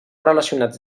relacionats